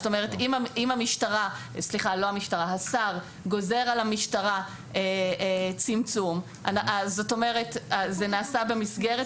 אם השר גוזר על המשטרה צמצום, זה נעשה במסגרת